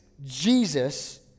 Jesus